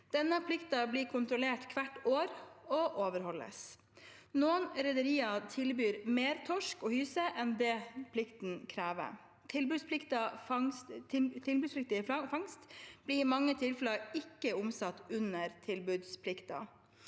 Denne plikten blir kontrollert hvert år og overholdes. Noen rederier tilbyr mer torsk og hyse enn det plikten krever. Tilbudspliktig fangst blir i mange tilfeller ikke omsatt under tilbudsplikten.